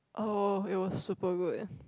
oh it was super good